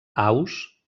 aus